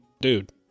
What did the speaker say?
dude